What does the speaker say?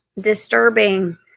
disturbing